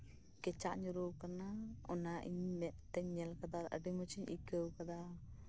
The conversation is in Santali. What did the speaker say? ᱠᱮᱪᱟᱜ ᱧᱩᱨᱩ ᱠᱟᱱᱟ ᱚᱱᱟ ᱤᱧ ᱢᱮᱫ ᱛᱮᱧ ᱧᱮᱞ ᱠᱮᱫᱟ ᱟᱹᱰᱤ ᱢᱚᱡᱽ ᱤᱧ ᱟᱹᱭᱠᱟᱣ ᱠᱟᱫᱟ